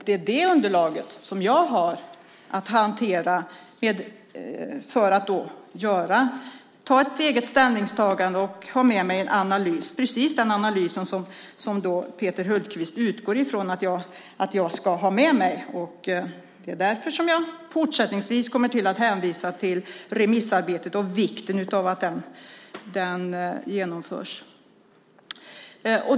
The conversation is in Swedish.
Det är det underlaget som jag har att hantera för att göra ett eget ställningstagande och få en analys. Det handlar om precis den analys som Peter Hultqvist utgår ifrån att jag ska ha med mig. Det är därför som jag fortsättningsvis kommer att hänvisa till remissarbetet och vikten av att det genomförs.